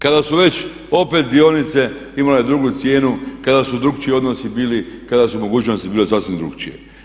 Kada su već opet dionice imale drugu cijenu, kada su drukčiji odnosi bili i kada su mogućnosti bile sasvim drukčije.